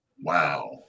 Wow